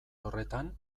horretan